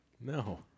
No